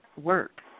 work